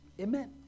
Amen